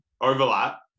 overlap